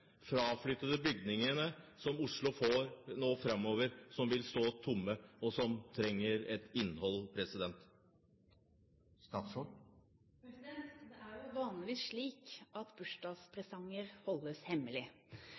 fraflyttede bygningene som Oslo får framover, som vil stå tomme, og som trenger et innhold? Det er jo vanligvis slik at bursdagspresanger holdes hemmelig.